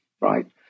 right